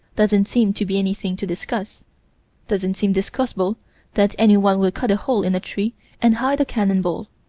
doesn't seem to be anything to discuss doesn't seem discussable that any one would cut a hole in a tree and hide a cannon ball,